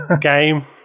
game